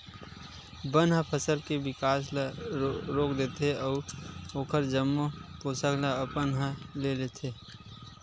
बन ह फसल के बिकास ल रोक देथे अउ ओखर जम्मो पोसक ल अपन ह ले लेथे